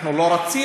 אנחנו לא רצינו,